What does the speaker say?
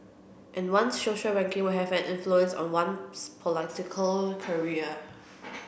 and one's social ranking will have an influence on one's political career